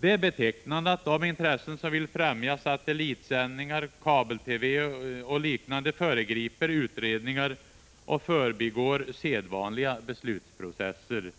Det är betecknande att de intressen, som vill främja satellitsändningar, kabel-TV och liknande, föregriper utredningar och förbigår sedvanliga beslutsprocesser.